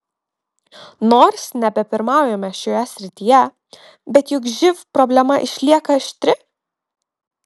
nors nebepirmaujame šioje srityje bet juk živ problema išlieka aštri